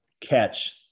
catch